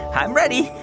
i'm ready.